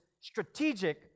strategic